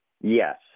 Yes